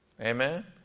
amen